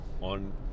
on